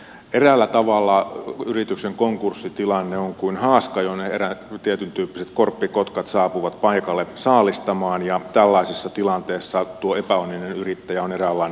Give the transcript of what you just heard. eräällä tavalla yrityksen konkurssitilanne on kuin haaska jonne eräät tietyntyyppiset korppikotkat saapuvat paikalle saalistamaan ja tällaisessa tilanteessa tuo epäonninen yrittäjä on eräänlainen lainsuojaton